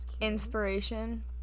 inspiration